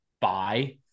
buy